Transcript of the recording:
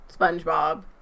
Spongebob